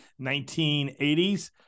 1980s